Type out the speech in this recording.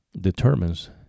determines